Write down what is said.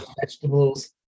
vegetables